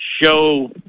show